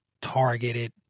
targeted